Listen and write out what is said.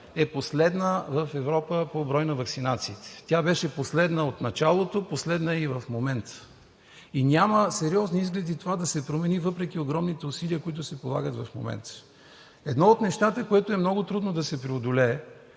е последна в Европа по брой на ваксинациите. Тя беше последна от началото, последна е и в момента. Няма сериозни изгледи това да се промени въпреки огромните усилия, които се полагат в момента. Едно от нещата, което е много трудно да се преодолее